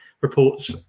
reports